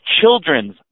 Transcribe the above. children's